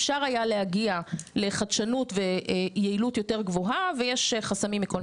אפשר היה להגיע לחדשות ויעילות יותר גבוהה ויש חסמים מכל מיני גורמים.